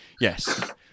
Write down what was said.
Yes